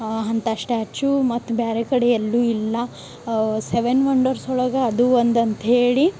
ಅಂಥ ಸ್ಟ್ಯಾಚು ಮತ್ತೆ ಬ್ಯಾರೆ ಕಡೆ ಎಲ್ಲು ಇಲ್ಲ ಸೆವೆನ್ ವಂಡರ್ಸ್ ಒಳಗೆ ಅದು ಒಂದು ಅಂತ್ಹೇಳಿ